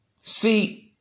See